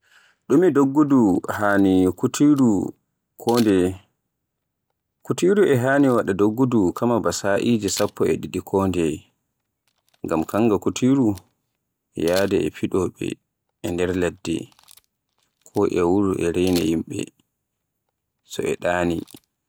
Noy gulob lamtarki huwaata, gulob lamtarki e huwa to lamtarki wataama, nden wayaaji ɓaleji e bodeji e kawti e golob e nden makunniwa e hawti, hite waray.